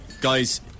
Guys